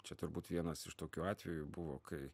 čia turbūt vienas iš tokių atveju buvo kai